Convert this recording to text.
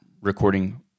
recording